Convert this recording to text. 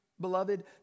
beloved